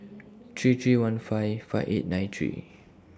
three three one five five eight nine three